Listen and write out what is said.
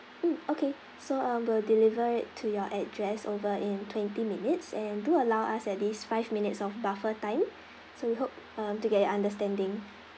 mm okay so um we'll deliver it to your address over in twenty minutes and do allow us at least five minutes of buffer time so we hope uh to get your understanding